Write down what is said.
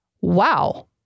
Wow